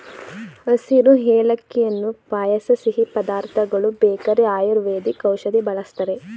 ಹಸಿರು ಏಲಕ್ಕಿಯನ್ನು ಪಾಯಸ ಸಿಹಿ ಪದಾರ್ಥಗಳು ಬೇಕರಿ ಆಯುರ್ವೇದಿಕ್ ಔಷಧಿ ಬಳ್ಸತ್ತರೆ